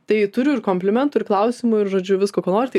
tai turiu ir komplimentų ir klausimų ir žodžiu visko ko nori tai